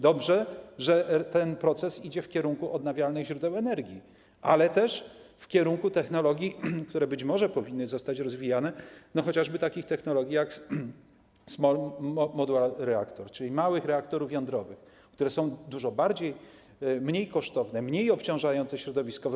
Dobrze, że ten proces idzie w kierunku odnawialnych źródeł energii, ale też w kierunku technologii, które być może powinny być rozwijane, chociażby takich technologii jak small modular reactor, czyli małych reaktorów jądrowych, które są dużo mniej kosztowne, mniej obciążające środowisko.